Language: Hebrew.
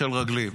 רגלים.